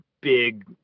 big